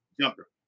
Jumper